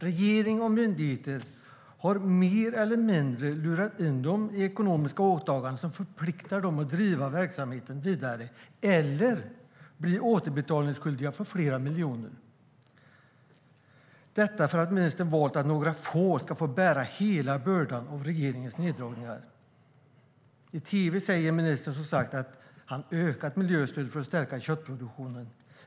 Regering och myndigheter har mer eller mindre lurat in dem i ekonomiska åtaganden som förpliktar dem att driva verksamheten vidare eller bli återbetalningsskyldiga flera miljoner. Detta för att ministern valt att några få ska bära hela bördan av regeringens neddragningar. I tv säger ministern som sagt att han ökat miljöstödet för att stärka köttproduktionen.